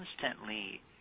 constantly